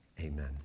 Amen